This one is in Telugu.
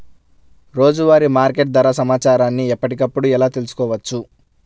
రోజువారీ మార్కెట్ ధర సమాచారాన్ని ఎప్పటికప్పుడు ఎలా తెలుసుకోవచ్చు?